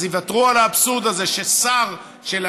אז יוותרו על האבסורד הזה שחבר כנסת